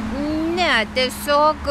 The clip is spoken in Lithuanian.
ne tiesiog